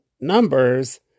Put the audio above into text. numbers